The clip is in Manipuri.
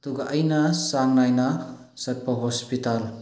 ꯑꯗꯨꯒ ꯑꯩꯅ ꯆꯥꯡ ꯅꯥꯏꯅ ꯆꯠꯄ ꯍꯣꯁꯄꯤꯇꯥꯜ